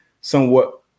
somewhat